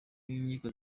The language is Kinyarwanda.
n’inkiko